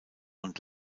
und